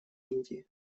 индии